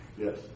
Yes